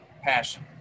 passion